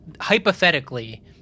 hypothetically